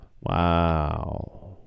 wow